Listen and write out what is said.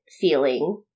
feeling